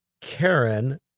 Karen